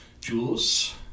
Jules